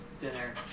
dinner